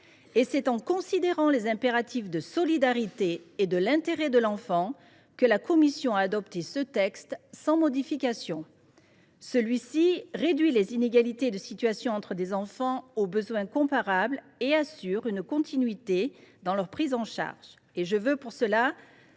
Et c’est en considérant les impératifs de solidarité et de l’intérêt de l’enfant que la commission a adopté ce texte sans modification. Celui ci réduit les inégalités de situation entre des enfants aux besoins comparables et assure une continuité dans leur prise en charge.